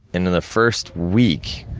and in the first week,